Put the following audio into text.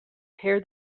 tear